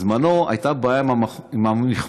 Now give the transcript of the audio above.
בזמנו הייתה בעיה עם המכמורות,